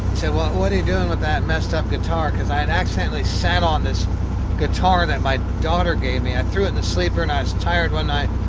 so um what are you doing with that messed up guitar? because i had accidentally sat on this guitar that my daughter gave me. i threw it in the sleeper and i was tired one night,